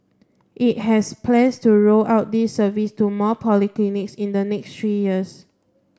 it has plans to roll out this service to more polyclinics in the next three years